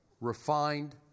refined